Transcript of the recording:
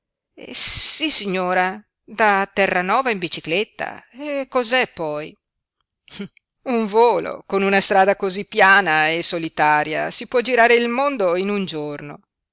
zie sissignora da terranova in bicicletta cos'è poi un volo con una strada cosí piana e solitaria si può girare il mondo in un giorno